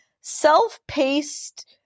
self-paced